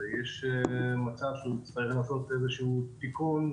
ויש מצב שהוא צריך לעשות איזשהו תיקון,